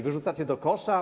Wyrzucacie do kosza?